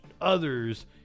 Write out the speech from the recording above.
others